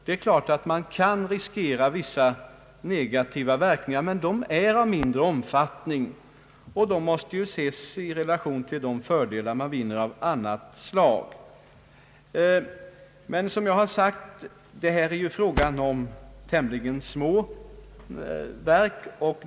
Det är klart att man kan riskera vissa negativa verkningar, men de är av mindre omfattning och måste ses i relation till de fördelar av annat slag som man vinner. Som jag har sagt är det fråga om tämligen små verk.